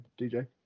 DJ